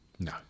No